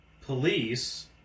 police